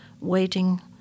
waiting